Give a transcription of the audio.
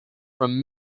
from